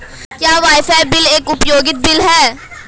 क्या wifi bill एक उपयोगिता बिल है?